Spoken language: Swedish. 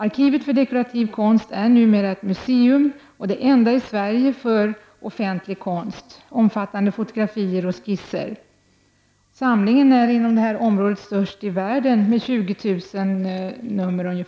Arkivet för dekorativ konst är numera ett museum, och det enda i Sverige för offentlig konst omfattande fotografier och skisser. Samlingen inom detta område är störst i världen med ungefär 20000 nummer.